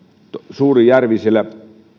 suuri järvi siellä